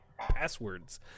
passwords